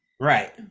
Right